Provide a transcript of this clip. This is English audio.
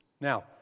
Now